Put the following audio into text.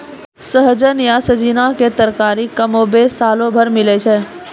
सहजन या सोजीना रो तरकारी कमोबेश सालो भर मिलै छै